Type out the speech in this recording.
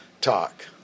talk